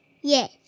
Yes